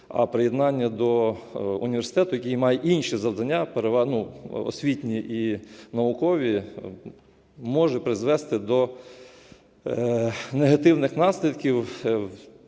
А приєднання до університету, який має інші завдання, освітні і наукові, може призвести до негативних наслідків